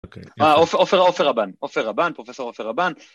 עופר רבן, עופר רבן, פרופסור עופר רבן.